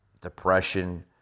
depression